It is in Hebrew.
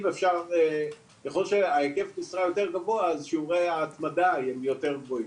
אם אפשר ככל שההיקף משרה יותר גבוהה אז שיעורי ההתמדה יותר גבוהים.